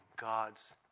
God's